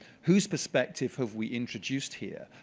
whose perspective have we introduced here?